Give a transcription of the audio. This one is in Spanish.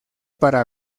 para